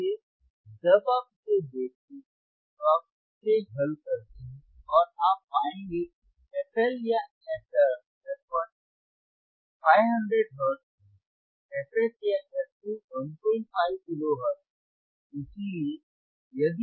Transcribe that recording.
इसलिए जब आप इसे देखते हैं तो आप इसे हल करते हैं और आप पाएंगे कि fL या f1 500 हर्ट्ज है fH या f2 15 किलो हर्ट्ज है